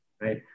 right